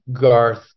garth